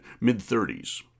mid-30s